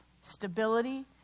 Stability